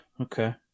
okay